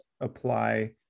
apply